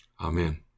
Amen